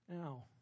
Now